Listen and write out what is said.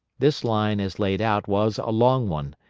this line as laid out was a long one,